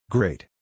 Great